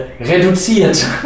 reduziert